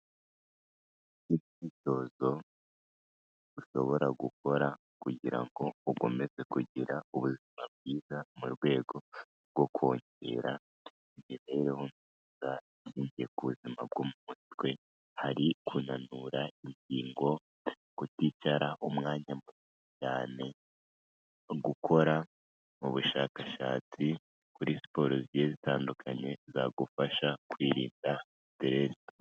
Imyitozo ushobora gukora kugira ngo ukomeze kugira ubuzima bwiza, mu rwego rwo kongera imibereho myiza ishingiye ku buzima bwo mu mutwe. Hari kunanura ingingo, kuticara umwanya muto cyane, no gukora mu bushakashatsi kuri siporo zigiye zitandukanye, zagufasha kwirinda siteresi.